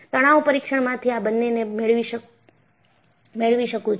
તણાવ પરીક્ષણમાંથી આ બંનેને મેળવી શકું છું